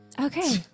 Okay